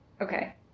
Okay